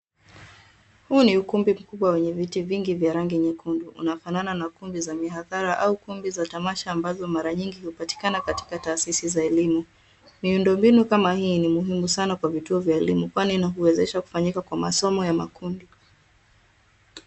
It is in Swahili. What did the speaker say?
Huu ni ukumbi mkubwa wenye viti vingi vya rangi nyekundu, unaofanana na kumbi za mihadhara au kumbi za tamasha ambazo mara nyingi hupatikana katika taasisi za elimu. Miundombinu kama hii ni muhimu sana kwa vituo vya elimu kwani huwezesha kufanyika kwa masomo ya makundi.